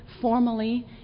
formally